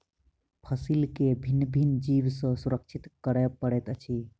फसील के भिन्न भिन्न जीव सॅ सुरक्षित करअ पड़ैत अछि